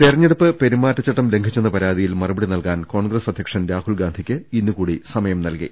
തെരെഞ്ഞെടുപ്പ് പെരുമാറ്റചട്ടം ലംഘിച്ചെന്ന പരാതിയിൽ മറു പടി നൽകാൻ കോൺഗ്രസ് അധ്യക്ഷൻ രാഹുൽഗാന്ധിക്ക് ഇന്നു കൂടി സമയം നൽകി